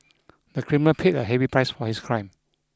the criminal paid a heavy price for his crime